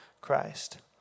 Christ